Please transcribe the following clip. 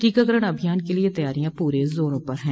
टीकाकरण अभियान के लिए तैयारियां पूरे जोरों पर हैं